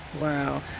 wow